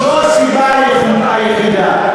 זו הסיבה היחידה.